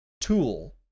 tool